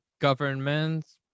governments